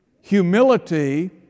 humility